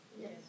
Yes